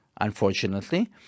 unfortunately